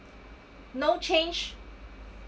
no change